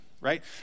right